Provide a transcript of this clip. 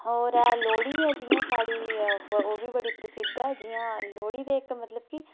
और लोहड़ी ऐ जियां साढ़ी ओह् बी बड़ी प्रसिद्ध ऐ लोह्ड़़ी ते मतलब